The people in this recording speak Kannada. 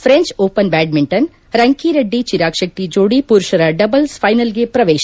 French Open badminton Rankireddy Chirag Shetty ಜೋದಿ ಪುರುಷರ ಡಬಲ್ಪ್ ಫೈನಲ್ಗೆ ಪ್ರವೇಶ